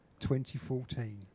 2014